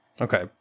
Okay